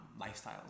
lifestyles